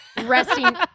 resting